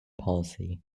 policy